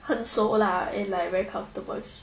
很熟 lah and like very comfortable